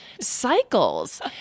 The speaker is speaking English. cycles